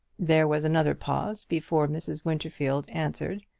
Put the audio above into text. there was another pause before mrs. winterfield answered.